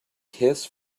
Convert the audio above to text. kiss